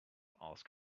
ask